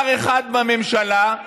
עכשיו, שרי הממשלה,